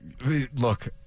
look